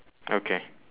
okay